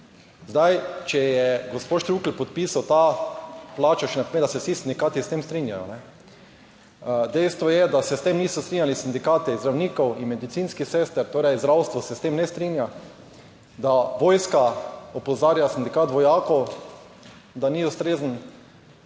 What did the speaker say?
Zdaj če je gospod Štrukelj podpisal to plačo, še ne pomeni, da se vsi sindikati s tem strinjajo. Dejstvo je, da se s tem niso strinjali sindikati zdravnikov in medicinskih sester, torej zdravstvo se s tem ne strinja, da vojska opozarja, sindikat vojakov, da ni ustrezen.